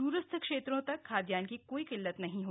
द्रस्थ क्षेत्रों तक खाद्यान्न की कोई किल्लत नहीं है